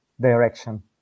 direction